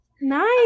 Nice